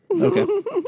Okay